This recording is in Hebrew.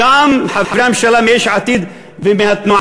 גם חברי הממשלה מיש עתיד ומהתנועה,